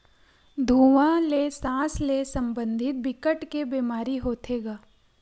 धुवा ले सास ले संबंधित बिकट के बेमारी होथे गा